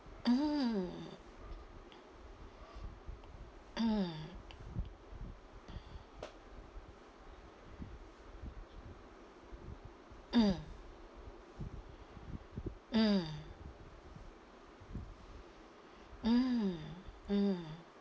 mm mm mm mm mm mm